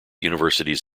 universities